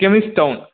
கெமிஸ்டௌன்